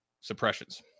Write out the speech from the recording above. suppressions